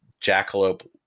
Jackalope